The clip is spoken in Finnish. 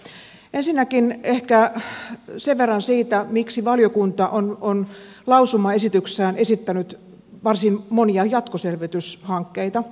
ensinnäkin ehkä sen verran siitä miksi valiokunta on lausumaesityksenään esittänyt varsin monia jatkoselvityshankkeita